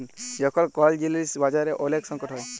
যখল কল জিলিস বাজারে ওলেক সংকট হ্যয়